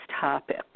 topic